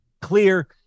Clear